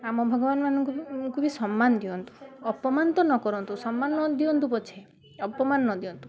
ଆମ ଭଗବାନ ମାନଙ୍କୁ ବି ସମ୍ମାନ ଦିଅନ୍ତୁ ଅପମାନ ତ ନ କରନ୍ତୁ ସମ୍ମାନ ନ ଦିଅନ୍ତୁ ପଛେ ଅପମାନ ନ ଦିଅନ୍ତୁ